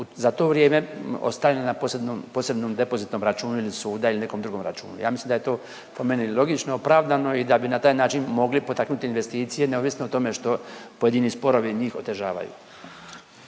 za to vrijeme ostavljena na posebnom depozitnom računu ili suda ili nekom drugom računu. Ja mislim da je to po meni logično opravdano i da bi na taj način mogli potaknuti investicije neovisno o tome što pojedini sporovi njih otežavaju.